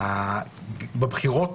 בבחירות